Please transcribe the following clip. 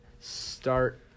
start